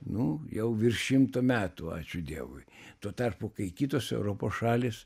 nu jau virš šimto metų ačiū dievui tuo tarpu kai kitos europos šalys